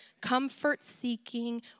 comfort-seeking